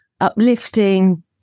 uplifting